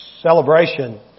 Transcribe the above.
celebration